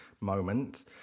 moment